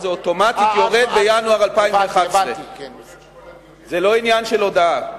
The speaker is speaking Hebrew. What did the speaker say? זה אוטומטית יורד בינואר 2011. זה לא עניין של הודעה.